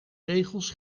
regels